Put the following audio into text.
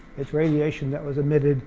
it's radiation that was admitted